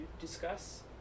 discuss